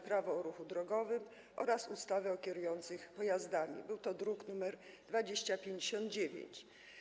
Prawo o ruchu drogowym oraz ustawy o kierujących pojazdami, druk nr 2059.